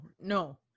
no